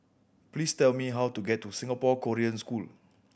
please tell me how to get to Singapore Korean School